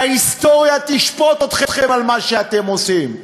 וההיסטוריה תשפוט אתכם על מה שאתם עושים.